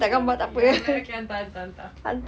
I'm like ya like okay hantar hantar hantar hantar